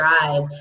drive